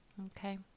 Okay